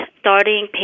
starting